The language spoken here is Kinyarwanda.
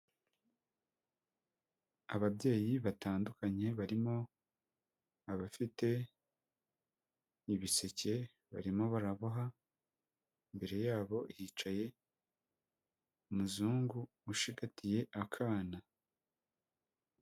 Ababyeyi batandukanye, barimo abafite ibiseke, barimo baraboha, imbere yabo hicaye umuzungu ushigatiye akana.